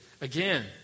again